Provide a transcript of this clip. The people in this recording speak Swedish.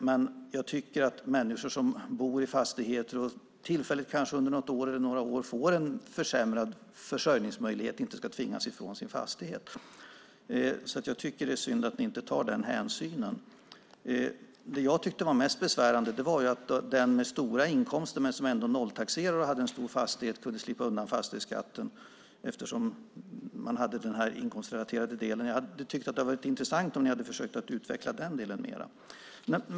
Men människor som bor i fastigheter och som tillfälligt, kanske under något eller några år, får försämrade försörjningsmöjligheter ska inte, tycker jag, tvingas ifrån sina fastigheter. Det är synd att ni inte tar den hänsynen. Det jag tyckte var mest besvärande var att den som hade stora inkomster men som ändå nolltaxerade och som hade en stor fastighet kunde slippa undan fastighetsskatten på grund av den inkomstrelaterade delen. Det hade varit intressant om ni hade försökt utveckla den delen mer.